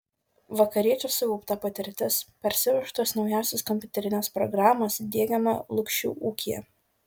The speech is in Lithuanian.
vakariečių sukaupta patirtis parsivežtos naujausios kompiuterinės programos diegiama lukšių ūkyje